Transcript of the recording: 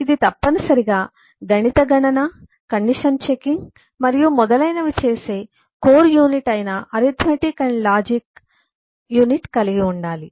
ఇది తప్పనిసరిగా గణిత గణన కండిషన్ చెకింగ్ మరియు మొదలైనవి చేసే కోర్ యూనిట్ అయిన అర్థమెటిక్ అండ్ లాజిక్arithmetic and logical అంకగణిత మరియు తార్కిక యూనిట్ కలిగి ఉండాలి